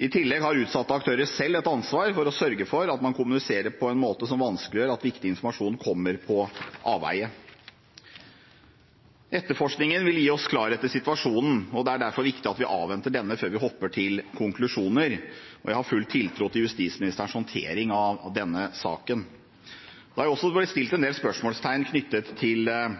I tillegg har utsatte aktører selv et ansvar for å sørge for at man kommuniserer på en måte som vanskeliggjør at viktig informasjon kommer på avveier. Etterforskningen vil gi oss klarhet i situasjonen, og det er derfor viktig at vi avventer denne før vi hopper til konklusjoner. Jeg har full tiltro til justisministerens håndtering av denne saken. Det har blitt stilt en del spørsmål om